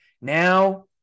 Now